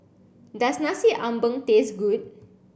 does Nasi Ambeng taste good